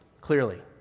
clearly